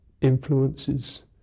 influences